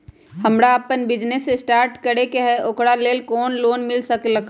हमरा अपन business start करे के है ओकरा लेल लोन मिल सकलक ह?